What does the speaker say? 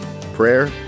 prayer